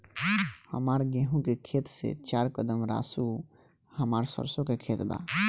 हमार गेहू के खेत से चार कदम रासु हमार सरसों के खेत बा